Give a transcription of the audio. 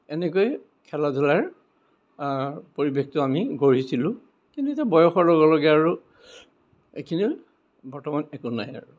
এনেকৈ খেলা ধূলাৰ পৰিৱেশটো আমি গঢ়িছিলোঁ কিন্তু এতিয়া বয়সৰ লগে লগে আৰু এইখিনি বৰ্তমান একো নাই আৰু